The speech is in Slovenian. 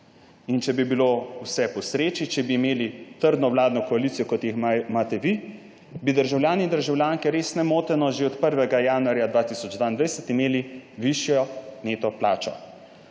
In če bi bilo vse po sreči, če bi imeli trdno vladno koalicijo, kot jo imate vi, bi državljani in državljanke res nemoteno že od 1. januarja 2022 imeli višjo neto plačo.